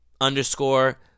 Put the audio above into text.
underscore